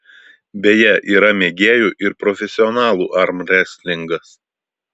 beje yra mėgėjų ir profesionalų armrestlingas